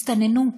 הסתננו,